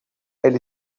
elle